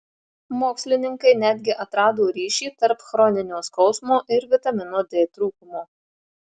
mokslininkai netgi atrado ryšį tarp chroninio skausmo ir vitamino d trūkumo